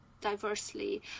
diversely